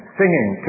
singing